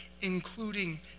including